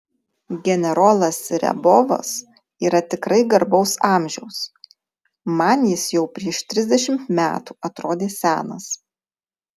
generolas riabovas yra tikrai garbaus amžiaus man jis jau prieš trisdešimt metų atrodė senas